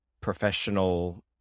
professional